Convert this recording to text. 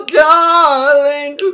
darling